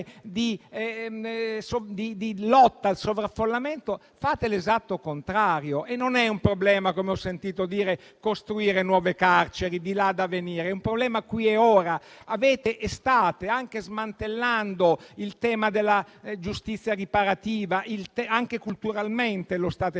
di lotta al sovraffollamento, fate l'esatto contrario. E non è un problema - come ho sentito dire - costruire nuove carceri, che sono di là da venire; è un problema del qui e ora. State anche smantellando il tema della giustizia riparativa, anche culturalmente lo state facendo.